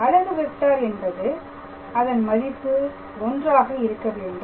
அலகு வெக்டார் என்பது அதன் மதிப்பு ஒன்று ஆக இருக்க வேண்டும்